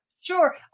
Sure